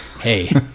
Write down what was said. hey